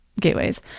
gateways